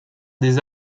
des